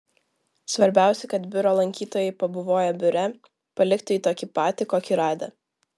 svarbiausia kad biuro lankytojai pabuvoję biure paliktų jį tokį patį kokį radę